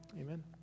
amen